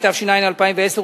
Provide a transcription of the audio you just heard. התש"ע 2010,